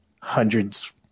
hundreds